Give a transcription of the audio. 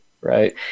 right